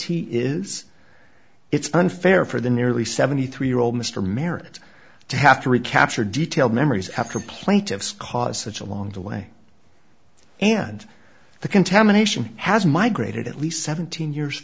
he is it's unfair for the nearly seventy three year old mr merrett to have to recapture detailed memories after plaintiff's cause such along the way and the contamination has migrated at least seventeen years